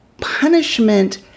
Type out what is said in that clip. punishment